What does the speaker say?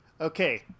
Okay